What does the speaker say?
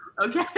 Okay